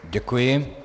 Děkuji.